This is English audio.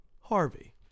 Harvey